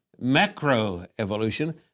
macroevolution